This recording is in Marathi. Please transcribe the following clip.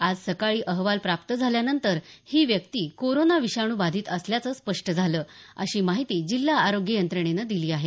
आज सकाळी अहवाल प्राप्त झाल्यानंतर ही व्यक्ती कोरोना विषाणू बाधित असल्याचं स्पष्ट झालं अशी माहिती जिल्हा आरोग्य यंत्रणेने दिली आहे